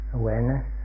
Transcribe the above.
awareness